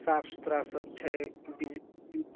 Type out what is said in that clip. साफ सुथड़ा सब छै बिज